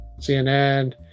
CNN